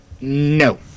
No